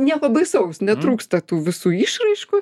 nieko baisaus netrūksta tų visų išraiškų